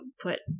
put